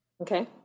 Okay